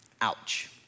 Ouch